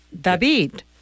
David